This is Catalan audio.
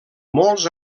molts